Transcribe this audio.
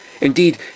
Indeed